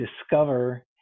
discover